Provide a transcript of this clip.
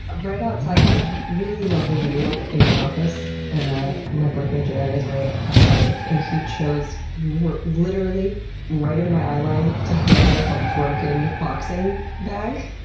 right outside, i have a really lovely view in my office. and ah my boyfriend, jarrett, is very athletic and he chose, literally right in my eyeline, to hang like a broken boxing bag.